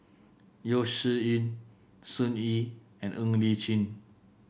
Yeo Shih Yun Sun Yee and Ng Li Chin